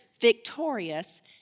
victorious